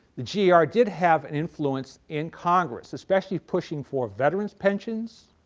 the gar did have an influence in congress, especially pushing for veterans' pensions,